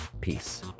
Peace